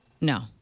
No